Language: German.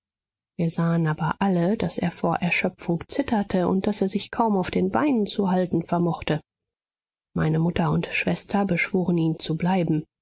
wir sahen aber alle daß er vor erschöpfung zitterte und daß er sich kaum auf den beinen zu halten vermochte meine mutter und schwester beschworen ihn zu bleiben